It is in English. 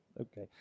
okay